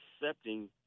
accepting